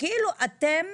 שכאילו אתם